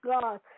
God